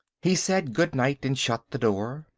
he said good night and shut the door.